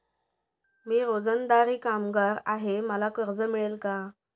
मी रोजंदारी कामगार आहे मला कर्ज मिळेल का?